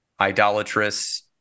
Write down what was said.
idolatrous